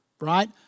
right